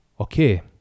Okay